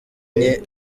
nke